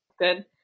Good